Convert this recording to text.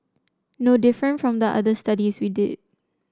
no different from the other studies we did